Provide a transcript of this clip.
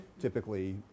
typically